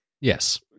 Yes